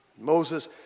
Moses